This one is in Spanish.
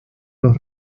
los